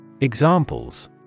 Examples